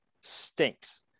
stinks